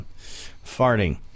farting